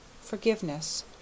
forgiveness